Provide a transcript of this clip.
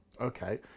Okay